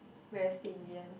real estate in the end